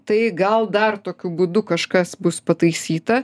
tai gal dar tokiu būdu kažkas bus pataisyta